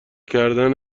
کردن